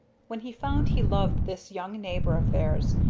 when he found he loved this young neighbor of theirs,